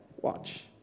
Watch